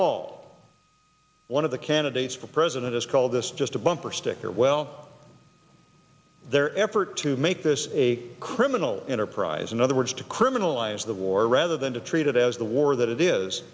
all one of the candidates for president has called this just a bumper sticker well their effort to make this a criminal enterprise in other words to criminalize the war rather than to treat it as the war that it